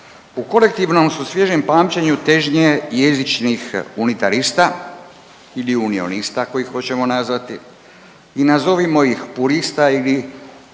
U kolektivnom su svježem pamćenju težnje jezičnih unitarista ili unionista, ako ih hoćemo nazvati, i nazovimo ih purista ili